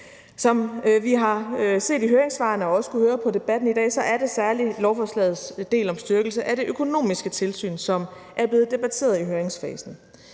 Som vi har set i høringssvarene og også har kunnet høre på debatten i dag, så er det særlig lovforslagets del om styrkelse af det økonomiske tilsyn, som er blevet debatteret i høringsfasen.